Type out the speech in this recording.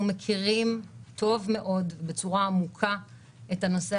אנחנו מכירים טוב מאוד בצורה עמוקה את הנושא